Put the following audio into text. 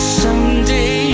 someday